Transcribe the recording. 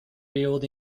build